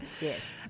Yes